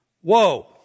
Whoa